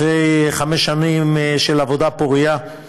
אחרי חמש שנים של עבודה פורייה.